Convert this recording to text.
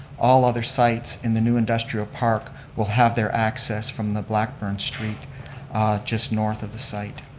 all other sites in the new industrial park will have their access from the blackburn street just north of the site.